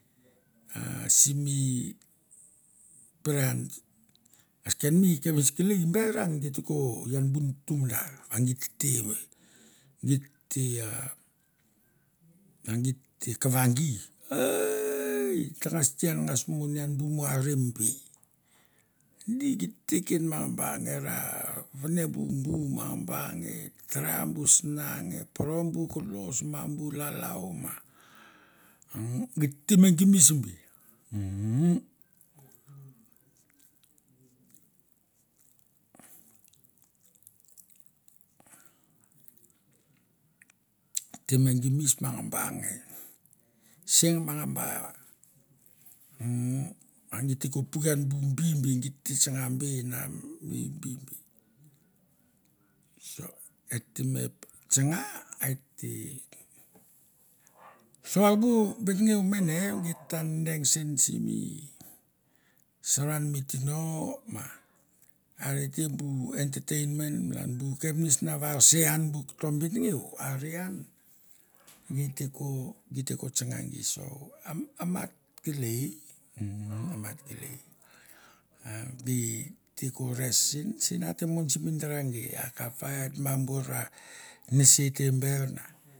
A simi pere an akesen mi kapnets kelei ber an geit ko ian bu nutu madar, va gi tete ve, git te a va git te kaua gi ta ngas tian ngas mo ngan bu mua rem be, di git te ken mangaba nge ra vane bu bu mangaba nge tara bu sana poro bu kolos ma bu lalau ma umm git te me gimsi be git te me gimis mangaba nge seng mangaba umm a gi te ko puke an bu bi git te tsanga be na mi bi bi. So et te me tsanga a et te. So bu benengeu mene geit ta deng sen simi saran mi tino ma areta bu entertainmen malan bu kapnets vavse an bu koto benngeu are an gei te ko, git te ke tsanga gi, so am a mat kelei umm a mat kelei a mi git te ko res sen, sen ate mon simi dara gei akap va et ba bor ra nese tem bar.